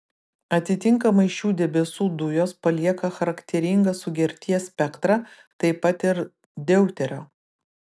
atitinkamai šių debesų dujos palieka charakteringą sugerties spektrą taip pat ir deuterio